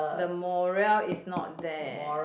the moral is not there